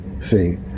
See